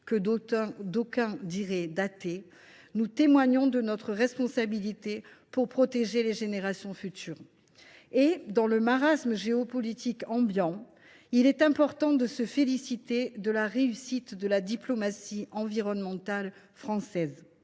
que d’aucuns considèrent comme datée, nous ferons preuve de responsabilité pour protéger les générations futures. Dans le marasme géopolitique ambiant, il est important de se féliciter de la réussite de la diplomatie environnementale française.